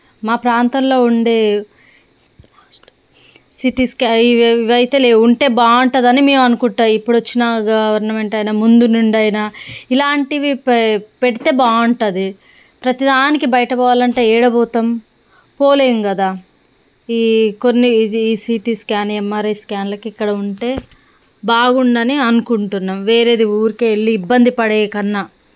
మా ప్రాంతంలో ఉండే సిటీ స్కాన్ ఇవి అయితే లేవు ఉంటే బాగుంటుంది అని మేము అనుకుంటాం ఇప్పుడు వచ్చిన గవర్నమెంట్ అయినా ముందు నుండైనా ఇలాంటివి పె పెడితే బాగుంటది ప్రతి దానికి బయట పోవాలంటే ఏడ పోతాం పోలేము కదా ఈ కొన్ని ఈ సిటీ స్కాన్ ఎంఆర్ఐ స్కాన్ ఇక్కడ ఉంటే బాగుండు అని అనుకుంటున్నాం వేరేది ఊరికే వెళ్లి ఇబ్బంది పడేకన్నా